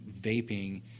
vaping